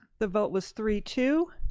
the vote was three two.